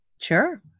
Sure